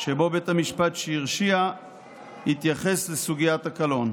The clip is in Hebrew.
שבו בית המשפט שהרשיע יתייחס לסוגיית הקלון.